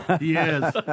Yes